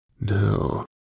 No